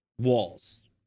walls